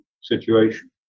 situation